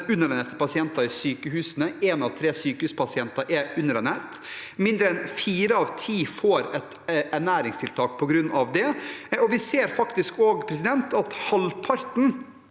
underernærte pasienter i sykehusene – én av tre sykehuspasienter er underernærte. Mindre enn fire av ti får et ernæringstiltak på grunn av det. Vi ser også at halvparten